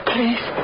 Please